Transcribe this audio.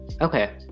okay